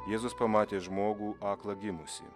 jėzus pamatė žmogų aklą gimusį